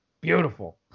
Beautiful